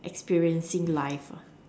experiencing life